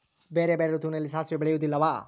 ಬೇರೆ ಬೇರೆ ಋತುವಿನಲ್ಲಿ ಸಾಸಿವೆ ಬೆಳೆಯುವುದಿಲ್ಲವಾ?